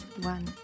One